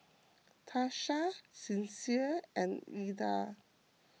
Tasha Sincere and Illa